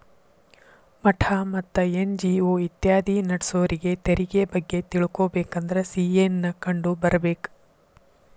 ಮಠಾ ಮತ್ತ ಎನ್.ಜಿ.ಒ ಇತ್ಯಾದಿ ನಡ್ಸೋರಿಗೆ ತೆರಿಗೆ ಬಗ್ಗೆ ತಿಳಕೊಬೇಕಂದ್ರ ಸಿ.ಎ ನ್ನ ಕಂಡು ಬರ್ಬೇಕ